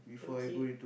okay